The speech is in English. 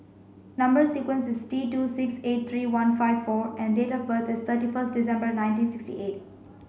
number sequence is T two six eight three one five four and date of birth is thirty first December nineteen sixty eight